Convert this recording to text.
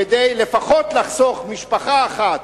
כדי לפחות לחסוך משפחה אחת,